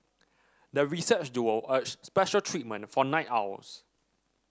the research duo urged special treatment for night owls